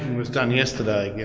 was done yesterday, yeah